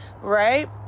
right